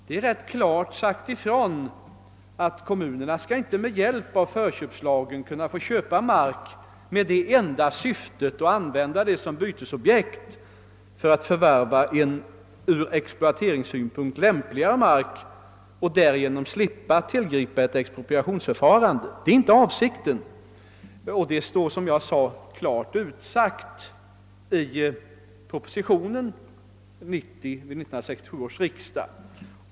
Det är ganska klart uttalat att kommunerna inte med hjälp av förköpslagen skall kunna köpa mark enbart i syfte att använda den som bytesobjekt vid förvärv av från exploateringssynpunkt lämpligare mark, varigenom de skulle slippa tillgripa ett expropriationsförfarande. Detta har klart uttalats i proposition nr 90 till 1967 års riksdag.